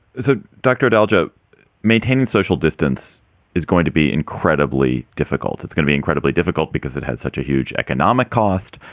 so dr. delgado, maintaining social distance is going to be incredibly difficult. it's gonna be incredibly difficult because it has such a huge economic cost.